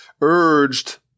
urged